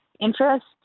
interest